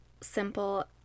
simple